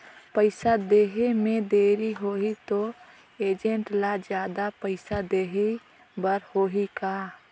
पइसा देहे मे देरी होही तो एजेंट ला जादा पइसा देही बर होही का?